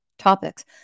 topics